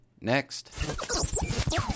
Next